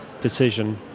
decision